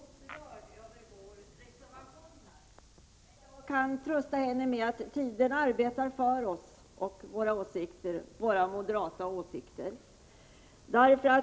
Fru talman! Marianne Stålberg blev riktigt upprörd över vår reservation. Jag kan trösta henne med att tiden arbetar för oss och för våra moderata åsikter.